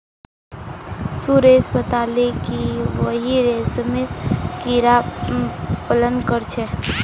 सुरेश बताले कि वहेइं रेशमेर कीड़ा पालन कर छे